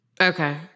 Okay